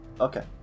Okay